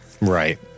Right